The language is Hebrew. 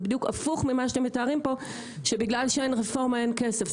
זה בדיוק הפוך ממה שאתם מתארים פה שבגלל שאין רפורמה אין כסף.